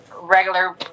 regular